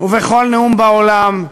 ובכל נאום בעולם,